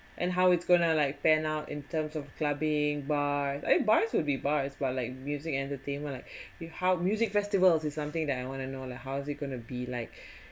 and how it's gonna like pan out in terms of clubbing bars eh bars will be bars by like music entertainment like you how music festivals is something that I want to know lah how's going to be like